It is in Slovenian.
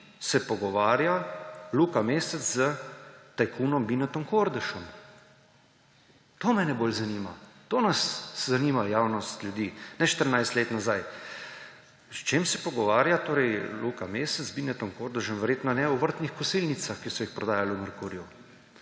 se pogovarja Luka Mesec s tajkunom Binetom Kordežom? To mene bolj zanima. To nas zanima, javnost, ljudi, ne 14 let nazaj. O čem se pogovarja Luka Mesec z Binetom Kordežem? Verjetno ne o vrtnih kosilnicah, ki so jih prodajali v Merkurju.